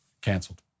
canceled